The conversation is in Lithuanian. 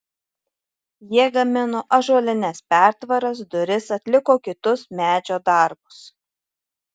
jie gamino ąžuolines pertvaras duris atliko kitus medžio darbus